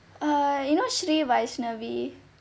err you know shri vaishnavi